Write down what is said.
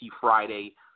Friday